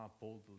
boldly